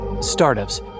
Startups